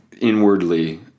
inwardly